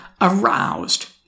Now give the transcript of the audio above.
aroused